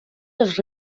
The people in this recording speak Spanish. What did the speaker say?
los